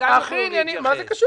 הכי ענייני בעולם.